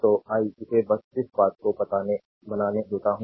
तो आई इसे बस इस बात को बनाने देता हूं